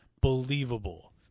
believable